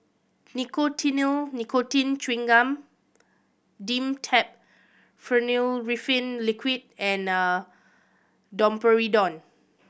Nicotinell Nicotine Chewing Gum Dimetapp Phenylephrine Liquid and Domperidone